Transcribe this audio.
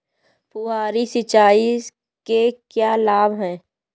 फुहारी सिंचाई के क्या लाभ हैं?